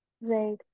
Right